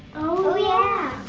oh yeah!